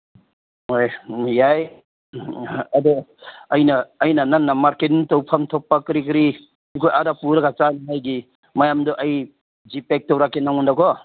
ꯍꯣꯏ ꯌꯥꯏ ꯑꯗꯣ ꯑꯩꯅ ꯑꯩꯅ ꯅꯪꯅ ꯃꯥꯔꯀꯦꯇꯤꯡ ꯇꯧꯐꯝ ꯊꯣꯛꯄ ꯀꯔꯤ ꯀꯔꯤ ꯑꯗꯨ ꯑꯥꯗ ꯄꯨꯔꯒ ꯆꯥꯅꯤꯉꯥꯏꯒꯤ ꯃꯌꯥꯝꯗꯨ ꯑꯩ ꯖꯤꯄꯦ ꯇꯧꯔꯛꯀꯦ ꯅꯪꯉꯣꯟꯗꯀꯣ